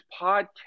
podcast